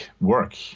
work